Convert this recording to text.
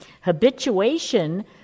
habituation